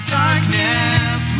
darkness